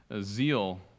zeal